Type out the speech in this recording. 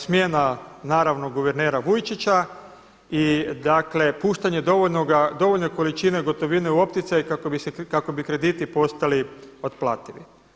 Smjena naravno guvernera Vujčića i dakle puštanje dovoljne količine gotovine u opticaj kako bi krediti postali otplativi.